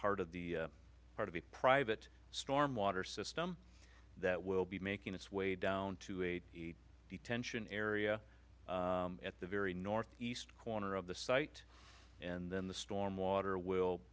part of the part of the private storm water system that will be making its way down to a detention area at the very north east corner of the site and then the storm water will